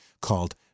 called